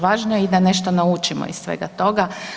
Važno je i da nešto naučimo iz svega toga.